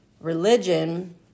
religion